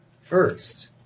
First